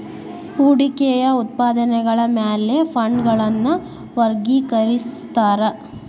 ಹೂಡಿಕೆಯ ಉದ್ದೇಶಗಳ ಮ್ಯಾಲೆ ಫಂಡ್ಗಳನ್ನ ವರ್ಗಿಕರಿಸ್ತಾರಾ